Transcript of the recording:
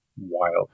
wild